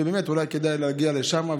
ובאמת אולי כדאי להגיע לשם,